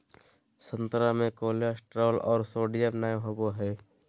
संतरा मे कोलेस्ट्रॉल और सोडियम नय होबय हइ